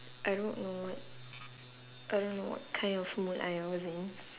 I don't know what I don't know what kind of mood I was in